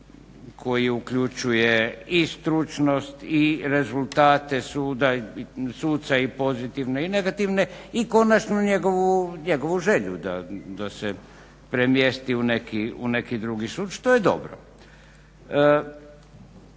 koji uključuje i stručnost i rezultate suca i pozitivne i negativne i konačno njegovu želju da se premjesti u neki drugi sud, što je dobro.